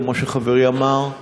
כמו שחברי אמר.